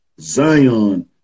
Zion